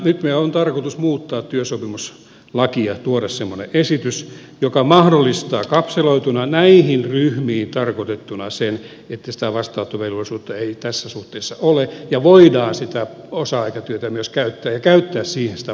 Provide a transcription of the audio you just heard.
nyt meillä on tarkoitus muuttaa työsopimuslakia tuoda semmoinen esitys joka mahdollistaa kapseloituna näihin ryhmiin tarkoitettuna sen että sitä vastaanottovelvollisuutta ei tässä suhteessa ole ja voidaan sitä osa aikatyötä myös käyttää ja käyttää siihen sitä palkkatukea